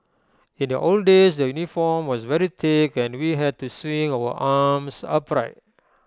in the old days the uniform was very thick and we had to swing our arms upright